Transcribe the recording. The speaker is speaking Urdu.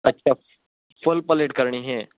اچھا فل پلیٹ کرنی ہے